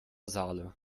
saale